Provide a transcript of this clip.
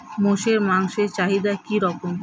মোষের মাংসের চাহিদা কি রকম?